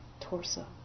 torso